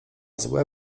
złe